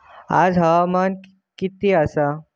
आज हवामान किती आसा?